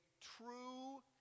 true